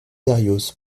berrios